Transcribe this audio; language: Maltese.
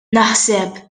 naħseb